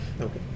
Okay